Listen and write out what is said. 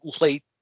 late